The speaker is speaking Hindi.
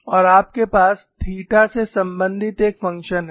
और आपके पास थीटा से संबंधित एक फ़ंक्शन है